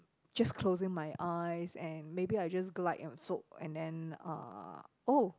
just closing my eyes and maybe I just glide and soak and then uh